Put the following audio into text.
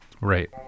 right